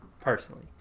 personally